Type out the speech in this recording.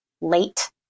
late